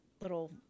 little